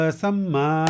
sama